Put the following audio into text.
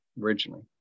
originally